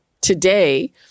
today